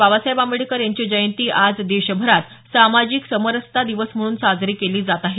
बाबासाहेब आंबेडकर यांची जयंती आज देशभरात सामाजिक समरसता दिवस म्हणून साजरी केली जात आहे